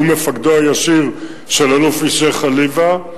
והוא מפקדו הישיר של אלוף-משנה חליוה,